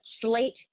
slate